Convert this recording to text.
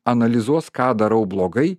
analizuos ką darau blogai